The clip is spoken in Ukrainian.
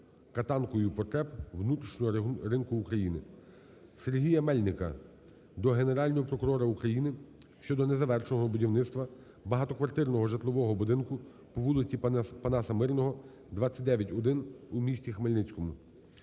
катанкою потреб внутрішнього ринку України. Сергія Мельника до Генерального прокурора України щодо незавершеного будівництва багатоквартирного житлового будинку по вулиці Панаса Мирного, 29/1 у місті Хмельницькому.